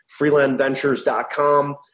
freelandventures.com